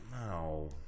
No